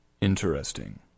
Interesting